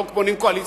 לא בונים קואליציה,